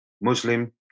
Muslim